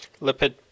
lipid